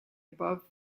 above